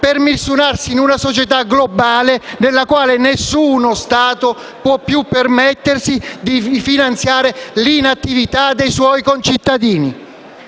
per misurarsi in una società globale in cui nessuno Stato può più permettersi di finanziare l'inattività dei suoi concittadini.